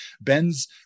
Ben's